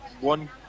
one